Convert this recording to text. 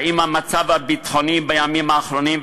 האם המצב הביטחוני בימים האחרונים,